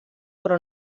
però